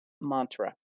mantra